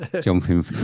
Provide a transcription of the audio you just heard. jumping